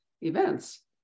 events